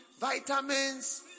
vitamins